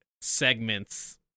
segments